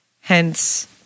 Hence